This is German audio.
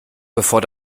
bevor